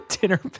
dinner